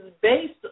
based